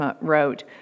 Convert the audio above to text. wrote